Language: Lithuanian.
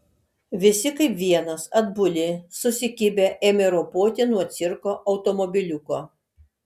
visi kaip vienas atbuli susikibę ėmė ropoti nuo cirko automobiliuko